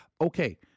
okay